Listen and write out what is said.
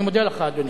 אני מודה לך, אדוני.